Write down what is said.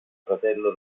fratello